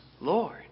Lord